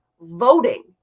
voting